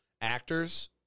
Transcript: actors